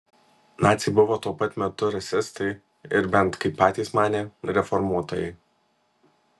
naciai buvo tuo pat metu rasistai ir bent kaip patys manė reformuotojai